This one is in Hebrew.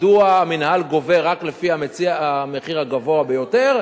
מדוע המינהל גובה רק לפי המחיר הגבוה ביותר,